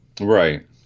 Right